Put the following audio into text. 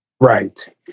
Right